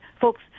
folks